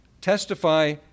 Testify